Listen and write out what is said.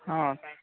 ହଁ